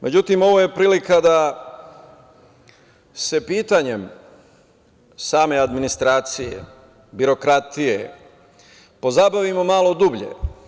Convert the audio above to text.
Međutim, ovo je prilika da se pitanjem same administracije, birokratije pozabavimo malo dublje.